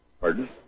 Pardon